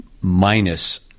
minus